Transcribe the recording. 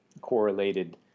correlated